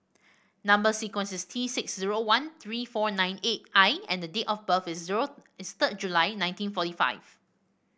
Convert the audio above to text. number sequence is T six zero one three four nine eight I and date of birth is zero is third July nineteen forty five